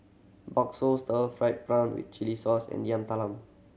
bakso stir fried prawn with chili sauce and Yam Talam